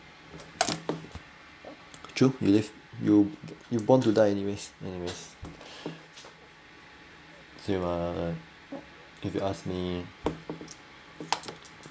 true you live you born to die anyways anyways same ah like if you ask me